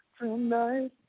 tonight